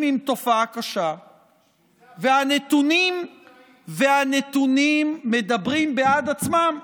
עם תופעה קשה והנתונים מדברים בעד עצמם.